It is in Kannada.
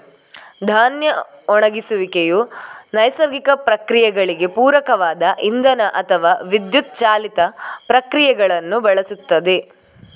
ಧಾನ್ಯ ಒಣಗಿಸುವಿಕೆಯು ನೈಸರ್ಗಿಕ ಪ್ರಕ್ರಿಯೆಗಳಿಗೆ ಪೂರಕವಾದ ಇಂಧನ ಅಥವಾ ವಿದ್ಯುತ್ ಚಾಲಿತ ಪ್ರಕ್ರಿಯೆಗಳನ್ನು ಬಳಸುತ್ತದೆ